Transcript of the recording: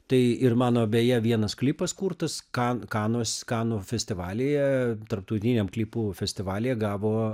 tai ir mano beje vienas klipas kurtas ka kanos kanų festivalyje tarptautiniam klipų festivalyje gavo